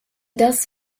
das